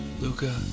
luca